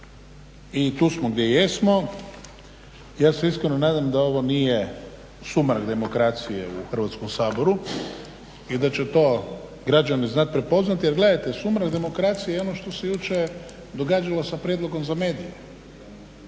i tu smo gdje jesmo. Ja se iskreno nadam da ovo nije sumrak demokracije u Hrvatskom saboru i da će to građani znati prepoznati. Jer gledajte, sumrak demokracije je ono što se jučer događalo sa prijedlogom za medije.